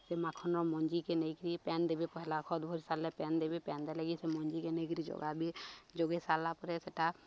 ସେ ମାଖନର ମଞ୍ଜିିକେ ନେଇକିରି ପାନ୍ ଦେବି ପହିଲା ଖଦ୍ ଭରି ସାରିଲେ ପାନ୍ ଦେବି ପାନ୍ ଦେଲେକି ସେ ମଞ୍ଜିିକେ ନେଇକିରି ଯୋଗାବି ଯୋଗେଇ ସାରିଲା ପରେ ସେଟା